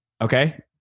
Okay